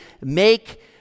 make